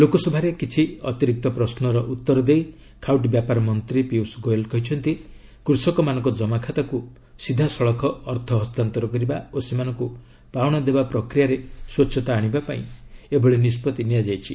ଲୋକସଭାରେ କିଛି ଅତିରିକ୍ତ ପ୍ରଶ୍ୱର ଉତ୍ତର ଦେଇ ଖାଉଟି ବ୍ୟାପାର ମନ୍ତ୍ରୀ ପିୟୁଷ ଗୋଏଲ କହିଛନ୍ତି କୃଷକମାନଙ୍କ ଜମାଖାତାକୁ ସିଧାସଳଖ ଅର୍ଥ ହସ୍ତାନ୍ତର କରିବା ଓ ସେମାନଙ୍କୁ ପାଉଣା ଦେବା ପ୍ରକ୍ରିୟାରେ ସ୍ପଚ୍ଛତା ଆଣିବା ପାଇଁ ଏହି ନିଷ୍ପଭି ନିଆଯାଇଛି